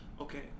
okay